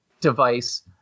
device